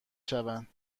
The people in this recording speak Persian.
شوند